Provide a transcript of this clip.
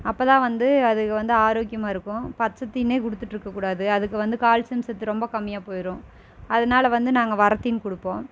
அப்போதான் வந்து அதுகள் வந்து ஆரோக்கியமாக இருக்கும் பச்சத்தீனி கொடுத்துட்ருக்கக் கூடாது அதுக்கு வந்து கால்சியம் சத்து ரொம்ப கம்மியாகிப் போய்டும் அதனால வந்து நாங்கள் வரத்தீனி கொடுப்போம்